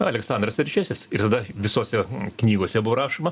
aleksandras trečiasis ir tada visose knygose buvo rašoma